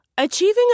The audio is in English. Achieving